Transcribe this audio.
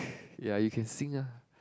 ya you can sing ah